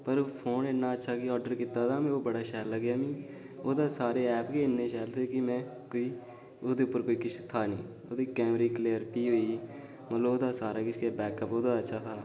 पर फोन इन्ना अच्छा में आर्डर कीता में ओह् बड़ा शैल लग्गेआ मिगी ओह्दे सारे ऐप गै इन्ने शैल कि ओह्दे पर किश था नीं कैमरे दी कलैरिटी होई मतलब ओह्दा सारा किश गै ओह्दा बैकअप उ'दा अच्छा हा